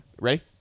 Ray